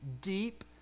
deep